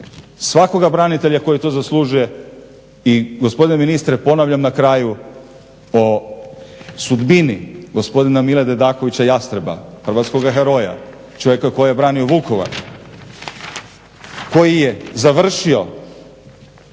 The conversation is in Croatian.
svakoga branitelja koji to zaslužuje i gospodine ministre ponavljam na kraju o sudbini gospodina Mile Dedakovića Jastreba, hrvatskoga heroja, čovjeka koji je branio Vukovar koji je završio